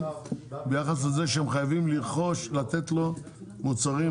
ביחס לזה שהם חייבים לתת לו מוצרים,